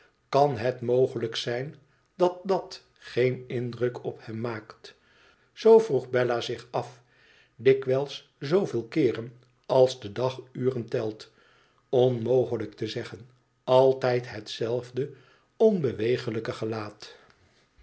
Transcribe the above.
kan het mogelijk zijn dat dat geen indruk op hem maakt zoo vroeg bella zich af dikwijls zooveel keeren als de dag uren telt onmogelijk te zeggen altijd hetzelfde onbeweeglijke gelaat